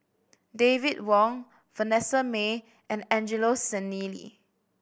David Wong Vanessa Mae and Angelo Sanelli